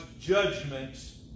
judgments